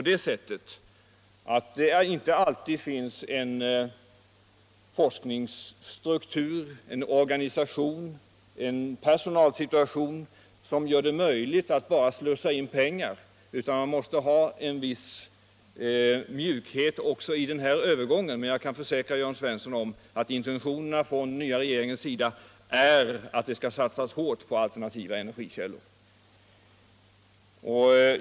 Det kan ske inte alltid finns en forskningsstruktur, en organisation, en personalsituation som gör det möjligt att bara slussa in pengar, utan man måste ha en viss mjukhet i övergången. Men jag kan försäkra Jörn Svensson att intentionerna hos den nya regeringen är att det skall satsas hårt på alternativa energikällor.